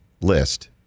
list